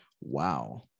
Wow